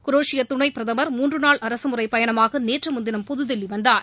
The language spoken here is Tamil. குரேஷிய துணை பிரதமர் மூன்று நாள் அரசு முறை பயணமாக நேற்று முன்தினம் புதுதில்லி வந்தார்